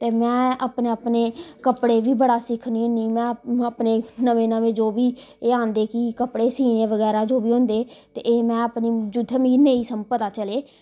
ते मैं अपने अपने कपड़े बी बड़ा सिक्खनी हुन्नी में में अपने नमें नमें जो बी एह् आंदे कि कपड़़े सीने बगैरा जो बी हुन्दे ते एह् में अपने जुत्थै मिगी नेईं पता चले